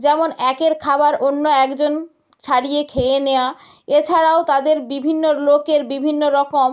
যেমন একের খাবার অন্য একজন ছাড়িয়ে খেয়ে নেয়া এছাড়াও তাদের বিভিন্ন লোকের বিভিন্ন রকম